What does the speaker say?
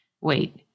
wait